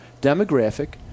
demographic